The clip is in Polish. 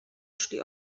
szli